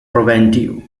preventive